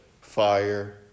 fire